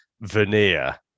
Veneer